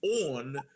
on